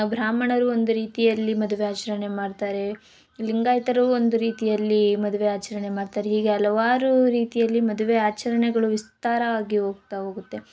ಭ್ರಾಹ್ಮಣರು ಒಂದು ರೀತಿಯಲ್ಲಿ ಮದುವೆ ಆಚರಣೆ ಮಾಡ್ತಾರೆ ಲಿಂಗಾಯತರು ಒಂದು ರೀತಿಯಲ್ಲಿ ಮದುವೆ ಆಚರಣೆ ಮಾಡ್ತಾರೆ ಹೀಗೆ ಹಲವಾರು ರೀತಿಯಲ್ಲಿ ಮದುವೆ ಆಚರಣೆಗಳು ವಿಸ್ತಾರ ಆಗಿ ಹೋಗ್ತಾ ಹೋಗುತ್ತೆ